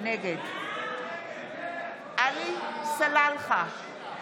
נגד עלי סלאלחה,